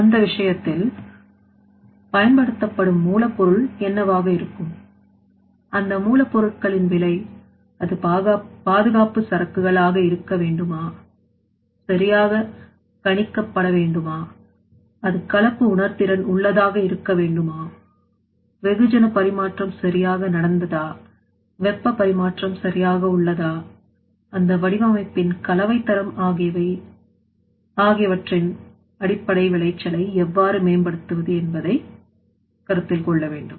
எனவே அந்த விஷயத்தில் பயன்படுத்தப்படும் மூலப் பொருள் என்னவாக இருக்கும் அந்த மூலப்பொருட்களின் விலை அது பாதுகாப்பு சரக்குகள் ஆக இருக்க வேண்டுமா சரியாக கணிக்கப் பட வேண்டுமா அது கலப்புஉணர்திறன் உள்ளதாக இருக்க வேண்டுமா வெகுஜன பரிமாற்றம் சரியாக நடந்ததா வெப்பப் பரிமாற்றம் சரியாக உள்ளதா அந்த வடிவமைப்பின் கலவை தரம் ஆகியவை ஆகியவற்றின் அடிப்படை விளைச்சலை எவ்வாறு மேம்படுத்துவது என்பதையும் கருத்தில் கொள்ள வேண்டும்